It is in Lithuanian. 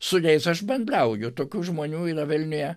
su jais aš bendrauju tokių žmonių yra vilniuje